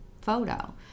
photo